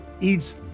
eats